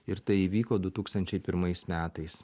ir tai įvyko du tūkstančiai pirmais metais